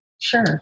Sure